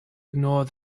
ignore